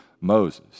moses